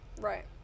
Right